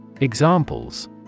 Examples